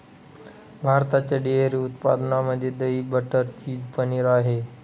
भारताच्या डेअरी उत्पादनामध्ये दही, बटर, चीज, पनीर आहे